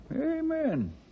Amen